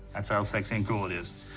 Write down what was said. that's how sexy and cool it is.